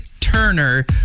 Turner